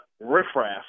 riffraff